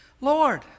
Lord